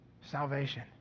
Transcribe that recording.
salvation